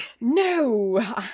no